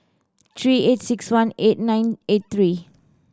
three eight six one eight nine eight three